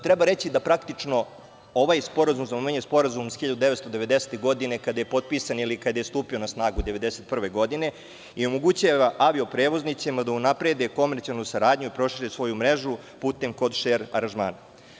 Treba reći da praktično ovaj sporazum menja Sporazum iz 1990. godine, kada je potpisan ili kada je stupio na snagu 1991. godine i omogućava avio prevoznicima da unaprede komercijalnu saradnju i prošire svoju mrežu puteva kod-šer aranžamana.